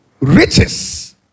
riches